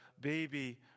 baby